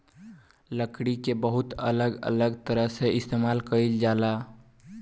लकड़ी के बहुत अलग अलग तरह से इस्तेमाल कईल जाला